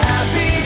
Happy